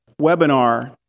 webinar